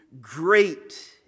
Great